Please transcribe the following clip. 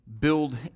build